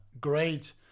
great